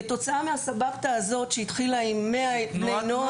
כתוצאה מהסבבתא שהתחיל עם 100 בני נוער